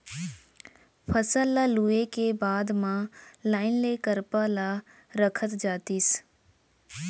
फसल ल लूए के बाद म लाइन ले करपा ल रखत जातिस